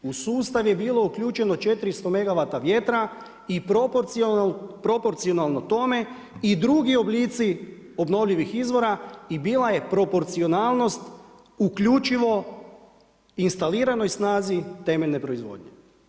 U sustav je bilo uključeno 400 megavata vjetra i proporcionalno tome i drugi oblici obnovljivih izvora i bila je proporcionalnost uključivo u instaliranoj snazi temeljne proizvodnje.